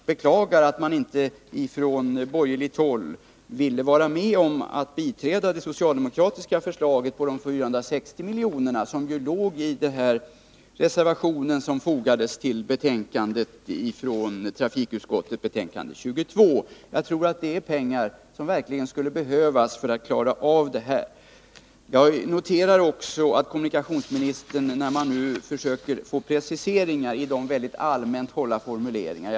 Jag beklagar emellertid att man inte från borgerligt håll ville biträda det socialdemokratiska förslaget om 460 milj.kr., som reservationsvis framfördes i trafikutskottets betänkande nr 22. Jag tror att det är pengar som verkligen skulle behövas för att klara av problemen. Jag noterar också att kommunikationsministern nu försöker precisera de mycket allmänt hållna formuleringarna.